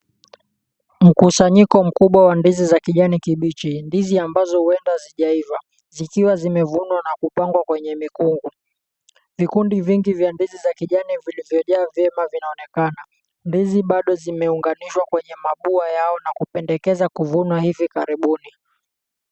Mkusanyiko mkubwa wa ndizi za kijani kibichi, ndizi ambazo huenda sijaiva, zikiwa zimevunwa na kupangwa kwenye mikungu. Vikundi vingi vya ndizi za kijani vilivyojaa vyema vinaonekana. Ndizi bado zimeunganishwa kwenye mabua yao na kupendekeza kuvunwa hivi karibuni.